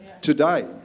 Today